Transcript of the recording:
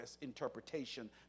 interpretation